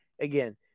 again